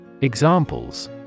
Examples